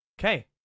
Okay